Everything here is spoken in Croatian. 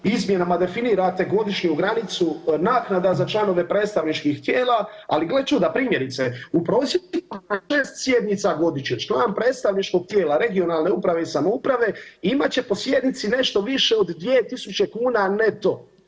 Izmjenama definirate godišnju granicu naknada za članove predstavničkih tijela, ali gle čuda, primjerice, u … [[Govornik se ne razumije]] sjednica vodit će član predstavničkog tijela regionalne uprave i samouprave i imat će po sjednici nešto više od 2.000 kuna neto.